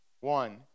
One